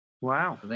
Wow